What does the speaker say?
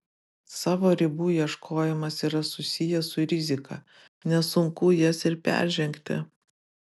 savo ribų ieškojimas yra susijęs su rizika nesunku jas ir peržengti